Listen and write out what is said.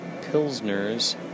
pilsners